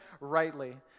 rightly